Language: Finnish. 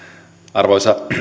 arvoisa